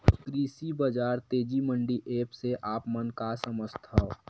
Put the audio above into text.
कृषि बजार तेजी मंडी एप्प से आप मन का समझथव?